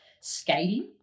skating